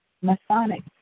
masonic